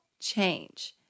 change